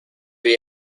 you